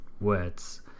words